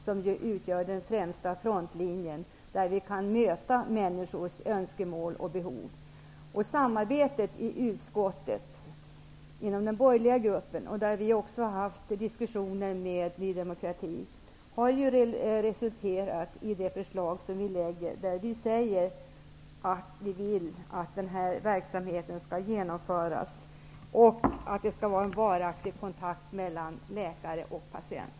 Primärvården är ju den främsta frontlinjen. Det är där som man kan möta människors önskemål och behov. Samarbetet i utskottet inom den borgerliga gruppen -- för övrigt har vi också haft diskussioner med Ny demokrati -- har resulterat i det förslag som vi lägger fram. I förslaget säger vi att vi vill att den här verksamheten skall genomföras och att det skall vara en varaktig kontakt mellan läkare och patient.